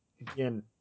again